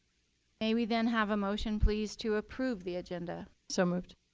may we then have a motion please to approve the agenda? so moved.